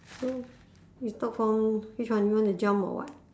so we talk from which one you want to jump or what